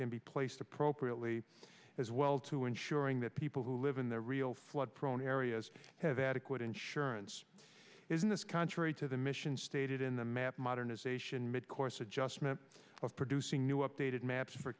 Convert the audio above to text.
can be placed appropriately as well to ensuring that people who live in the real flood prone areas have adequate insurance isn't this contrary to the mission stated in the map modernization mid course just a matter of producing new updated maps for